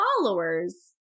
followers